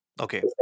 Okay